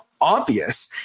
obvious